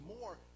more